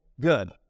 Good